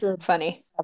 funny